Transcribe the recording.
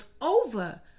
over